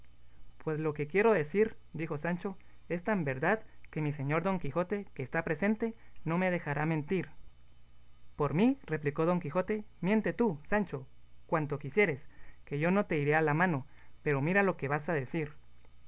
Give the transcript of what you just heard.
pues lo que quiero decir dijo sancho es tan verdad que mi señor don quijote que está presente no me dejará mentir por mí replicó don quijote miente tú sancho cuanto quisieres que yo no te iré a la mano pero mira lo que vas a decir